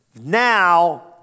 now